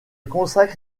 consacre